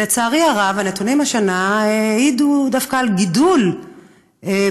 לצערי הרב הנתונים השנה העידו דווקא על גידול במספר